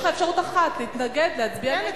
יש לך אפשרות אחת: להצביע נגד.